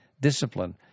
discipline